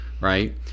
right